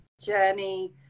journey